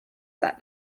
that